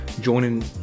joining